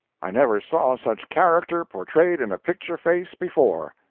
i never saw such character portrayed in a picture face before.